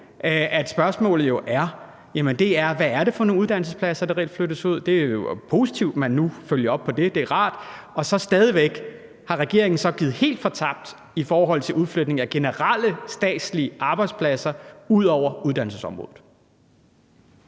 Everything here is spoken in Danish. er spørgsmålet jo: Hvad er det for nogle uddannelsespladser, der reelt flyttes ud? Det er jo positivt, at man nu følger op på det; det er rart. Og stadig væk: Har regeringen så givet helt fortabt i forhold til udflytning af generelle statslige arbejdspladser, altså ud over uddannelsesområdet?